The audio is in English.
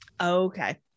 Okay